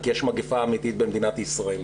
כי יש מגפה אמתית במדינת ישראל.